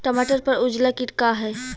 टमाटर पर उजला किट का है?